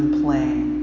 playing